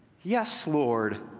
yes, lord,